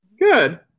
good